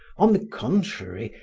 on the contrary,